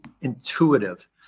intuitive